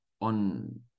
on